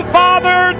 father